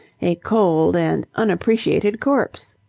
a cold and unappreciated corpse.